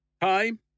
Time